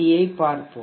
யைப் பார்ப்போம்